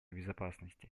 безопасности